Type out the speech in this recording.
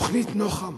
תוכנית נוח"ם,